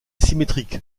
symétrique